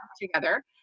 together